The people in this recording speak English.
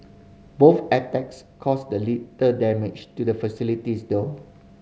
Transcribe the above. both attacks caused little damage to the facilities though